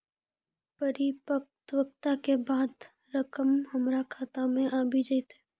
परिपक्वता के बाद रकम हमरा खाता मे आबी जेतै?